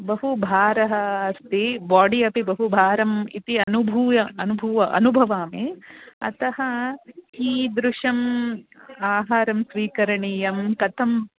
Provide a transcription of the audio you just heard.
बहु भारः अस्ति बोडि अपि बहु भारम् इति अनुभूय अभू अनुभवामि अतः कीदृशम् आहारं स्वीकरणीयं कथम्